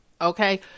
Okay